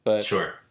Sure